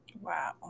Wow